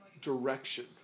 direction